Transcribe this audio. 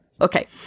Okay